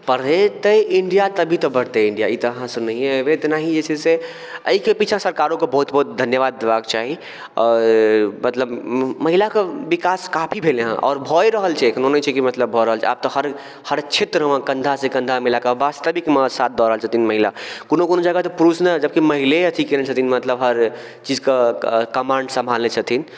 पढ़तै इण्डिया तभी तऽ बढ़तै इण्डिया ई तऽ अहाँ सुननहिये हेबै तेनाही जे छै से अइके पीछा सरकारोके बहुत बहुत धन्यवाद देबाक चाही आओर मतलब महिलाके विकास काफी भेलैहँ आओर भए रहल छै एखनो नहि छै कि मतलब भऽ रहल छै आब तऽ हर हर क्षेत्रमे कन्धा सँ कन्धा मिलाकऽ वास्तविकमे साथ दऽ रहल छथिन महिला कोनो जगह तऽ पुरुष नऽ जबकि महिले अथी केने छथिन मतलब हर चीज कऽ कऽ कमाण्ड सम्हालने छथिन